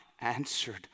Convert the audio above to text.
answered